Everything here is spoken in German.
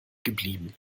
geblieben